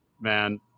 man